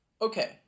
Okay